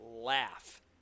laugh